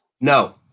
No